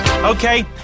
Okay